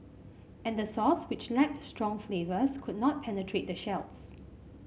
and the sauce which lacked strong flavours could not penetrate the shells